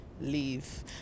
leave